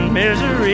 misery